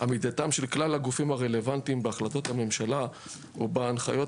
עמידתם של כלל הגופים הרלוונטיים בהחלטות הממשלה או בהנחיות